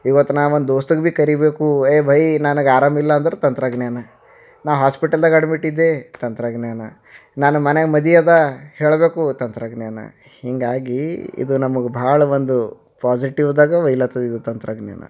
ಇವತ್ತು ನಾವೊಂದು ದೋಸ್ತಗ್ ಭಿ ಕರೀಬೇಕು ಏ ಭಯಿ ನನಗೆ ಆರಾಮಿಲ್ಲಂದ್ರೆ ತಂತ್ರಜ್ಞಾನ ನಾ ಹಾಸ್ಪಿಟಲ್ದಾಗೆ ಅಡ್ಮಿಟ್ ಇದ್ದೆ ತಂತ್ರಜ್ಞಾನ ನನ್ನ ಮನ್ಯಾಗೆ ಮದಿ ಅದ ಹೇಳಬೇಕು ತಂತ್ರಜ್ಞಾನ ಹೀಗಾಗಿ ಇದು ನಮಗೆ ಭಾಳ ಒಂದು ಪಾಸಿಟಿವ್ದಾಗ ಒಯ್ಲತ್ತದಿದು ತಂತ್ರಜ್ಞಾನ